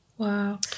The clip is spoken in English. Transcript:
Wow